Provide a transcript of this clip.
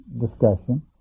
discussion